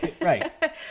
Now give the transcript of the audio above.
Right